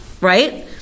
right